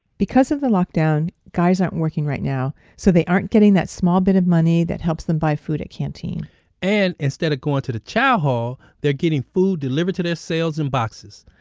because of the lockdown guys aren't working right now. so, they aren't getting that small bit of money that helps them buy food at canteen and instead of going to the chow hall, they're getting food delivered to their cells in boxes.